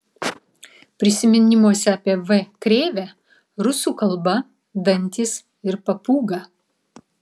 prisiminimuose apie v krėvę rusų kalba dantys ir papūga